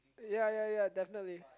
ya ya ya definitely